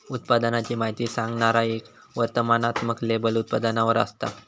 उत्पादनाची माहिती सांगणारा एक वर्णनात्मक लेबल उत्पादनावर असता